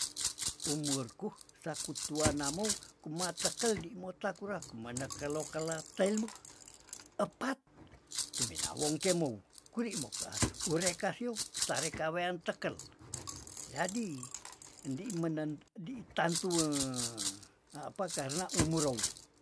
Umurku saku tua namou kumat tekel dimota kura kumanekelo kela telbu epat umina wong kemou kuri mok ah urek kasiu tarek kawean tekel jadi ndi menen ndi tantu apa karna umurou, itu.